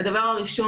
הדבר הראשון,